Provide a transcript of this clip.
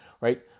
right